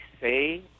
say